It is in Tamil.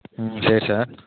ம் சரி சார்